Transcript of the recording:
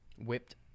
Whipped